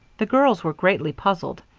the girls were greatly puzzled,